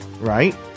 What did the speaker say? right